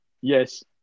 Yes